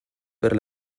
per